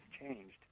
changed